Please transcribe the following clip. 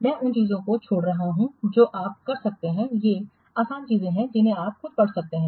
मैं उन चीजों को छोड़ रहा हूं जो आप कर सकते हैं ये आसान चीजें हैं जिन्हें आप खुद पढ़ सकते हैं